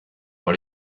dans